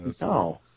No